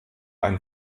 einen